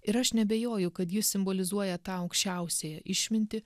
ir aš neabejoju kad jis simbolizuoja tą aukščiausiąją išmintį